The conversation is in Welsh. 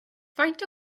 faint